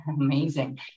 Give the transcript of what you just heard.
Amazing